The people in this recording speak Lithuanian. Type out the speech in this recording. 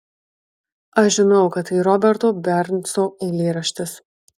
aš žinau kad tai roberto bernso eilėraštis